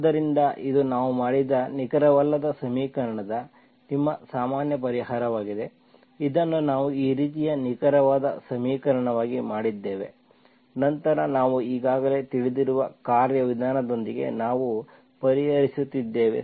ಆದ್ದರಿಂದ ಇದು ನಾವು ಮಾಡಿದ ನಿಖರವಲ್ಲದ ಸಮೀಕರಣದ ನಿಮ್ಮ ಸಾಮಾನ್ಯ ಪರಿಹಾರವಾಗಿದೆ ಇದನ್ನು ನಾವು ಈ ರೀತಿಯ ನಿಖರವಾದ ಸಮೀಕರಣವಾಗಿ ಮಾಡಿದ್ದೇವೆ ನಂತರ ನಾವು ಈಗಾಗಲೇ ತಿಳಿದಿರುವ ಕಾರ್ಯವಿಧಾನದೊಂದಿಗೆ ನಾವು ಪರಿಹರಿಸಿದ್ದೇವೆ